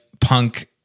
punk